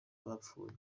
abapfuye